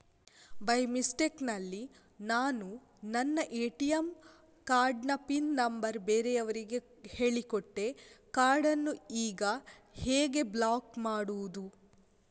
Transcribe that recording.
By mistake ನಲ್ಲಿ ನಾನು ನನ್ನ ಎ.ಟಿ.ಎಂ ಕಾರ್ಡ್ ನ ಪಿನ್ ನಂಬರ್ ಬೇರೆಯವರಿಗೆ ಹೇಳಿಕೊಟ್ಟೆ ಕಾರ್ಡನ್ನು ಈಗ ಹೇಗೆ ಬ್ಲಾಕ್ ಮಾಡುವುದು?